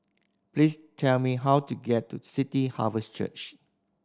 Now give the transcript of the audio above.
please tell me how to get to City Harvest Church